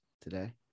today